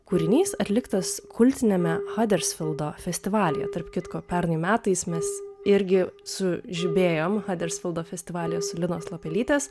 kūrinys atliktas kultiniame hadersfildo festivalyje tarp kitko pernai metais mes irgi sužibėjom hadersfildo festivalyje su linos lapelytės